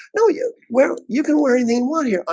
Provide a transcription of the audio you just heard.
no. yeah. well you can wear a mean one here.